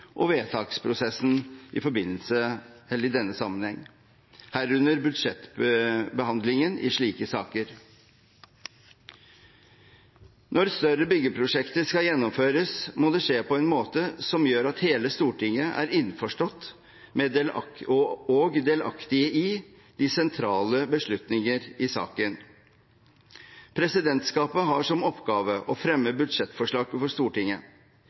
og vedtaksprosessen i denne sammenheng, herunder budsjettbehandlingen i slike saker. Når større byggeprosjekter skal gjennomføres, må det skje på en måte som gjør at hele Stortinget er innforstått med og delaktige i de sentrale beslutninger i saken. Presidentskapet har som oppgave å fremme budsjettforslag overfor Stortinget.